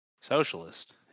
socialist